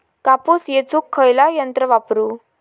कापूस येचुक खयला यंत्र वापरू?